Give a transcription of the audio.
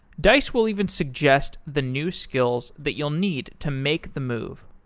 dice will even suggest the new skills that you'll need to make the move.